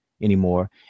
anymore